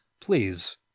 Please